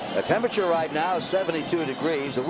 temperature right now is seventy two degrees.